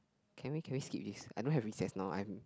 can we can we skip this I don't have recess now I'm